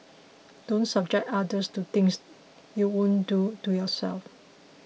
don't subject others to things you won't do to yourself